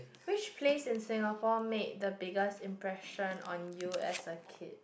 which place in Singapore make the biggest impression on you as a kid